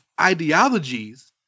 ideologies